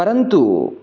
परन्तु